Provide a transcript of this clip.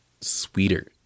sweeter